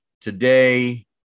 Today